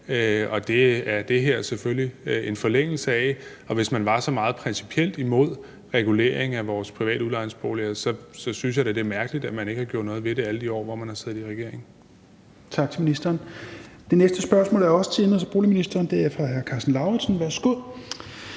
det her selvfølgelig en forlængelse af. Og hvis man var så meget principielt imod regulering af vores private udlejningsboliger, synes jeg da, det er mærkeligt, at man ikke har gjort noget ved det alle de år, hvor man har siddet i regering.